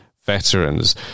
veterans